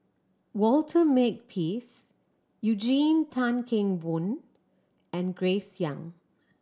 Walter Makepeace Eugene Tan Kheng Boon and Grace Young